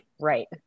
Right